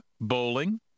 bowling